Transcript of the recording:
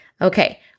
Okay